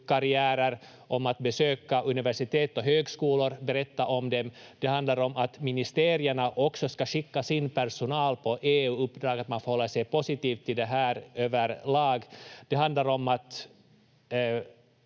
EU-karriärer, om att besöka universitet och högskolor, berätta om dem. Det handlar om att ministerierna också ska skicka sin personal på EU-uppdrag, att man förhåller sig positiv till det här överlag. Det handlar om